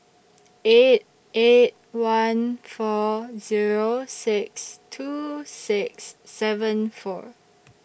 eight eight one four Zero six two six seven four